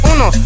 Uno